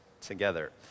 together